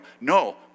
No